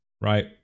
right